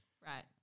Right